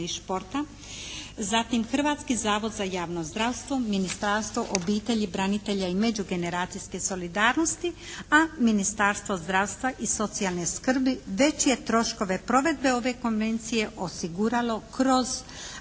i športa, zatim Hrvatski zavod za javno zdravstvo, Ministarstvo obitelji, branitelja i međugeneracijske solidarnosti, a Ministarstvo zdravstva i socijalne skrbi već je troškove provedbe ove Konvencije osiguralo kroz